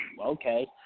okay